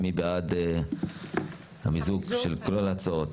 מי בעד מיזוג כל ההצעות?